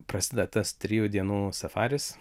prasideda tas trijų dienų safaris